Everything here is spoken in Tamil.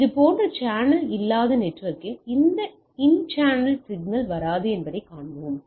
இதுபோன்ற சேனல் இல்லாத நெட்வொர்க்கில் இந்த இன் சேனல் சிக்கல் வராது என்பதைக் காண்போம்